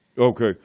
Okay